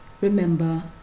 Remember